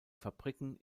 fabriken